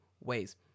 ways